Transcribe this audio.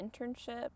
internship